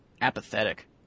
apathetic